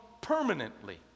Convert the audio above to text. permanently